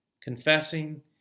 confessing